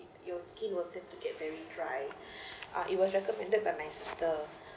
your skin will tend to get very dry uh it was recommended by my sister